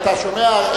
אתה שומע,